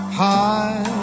high